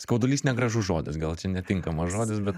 skaudulys negražus žodis gal čia netinkamas žodis bet